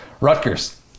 Rutgers